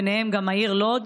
ובהן העיר לוד,